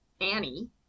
Annie